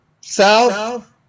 South